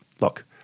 look